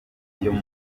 muri